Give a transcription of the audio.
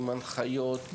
הנחיות,